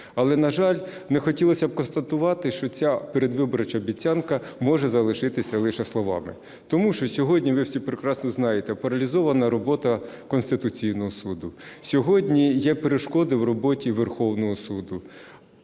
Але, на жаль, не хотілося б констатувати, що ця передвиборча обіцянка може залишитися лише словами. Тому що сьогодні, ви всі прекрасно знаєте, паралізована робота Конституційного Суду. Сьогодні є перешкоди в роботі Верховного Суду.